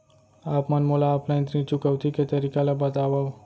आप मन मोला ऑफलाइन ऋण चुकौती के तरीका ल बतावव?